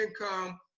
income